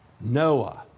Noah